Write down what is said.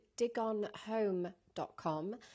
digonhome.com